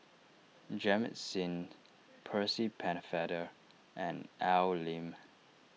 Jamit Singh Percy Pennefather and Al Lim